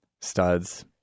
studs